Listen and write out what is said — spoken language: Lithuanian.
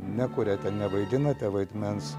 nekuriate nevaidinate vaidmens